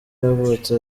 yavutse